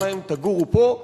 אמרה להם: תגורו פה,